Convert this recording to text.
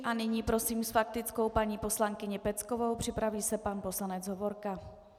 A nyní prosím s faktickou paní poslankyni Peckovou, připraví se pan poslanec Hovorka.